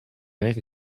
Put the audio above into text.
bank